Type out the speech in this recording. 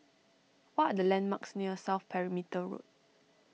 what are the landmarks near South Perimeter Road